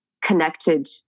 connected